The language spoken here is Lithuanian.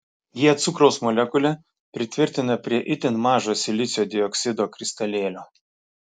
jie cukraus molekulę pritvirtina prie itin mažo silicio dioksido kristalėlio